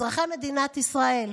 אזרחי מדינת ישראל,